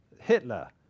Hitler